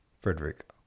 Frederick